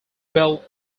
bell